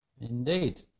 Indeed